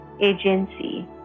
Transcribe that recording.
agency